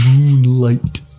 Moonlight